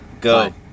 Go